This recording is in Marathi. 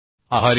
आभारी आहे